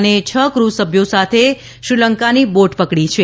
અને છ ક્રુ સભ્યો સાથે શ્રીલંકાની બોટ પકડી છે